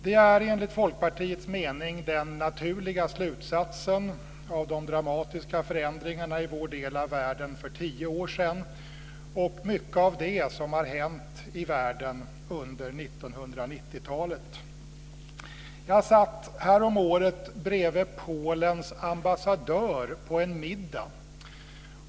Detta är enligt Folkpartiets mening den naturliga slutsatsen av de dramatiska förändringarna i vår del av världen för tio år sedan och mycket av det som har hänt i världen under 1990-talet. Jag satt häromåret bredvid Polens ambassadör på en middag.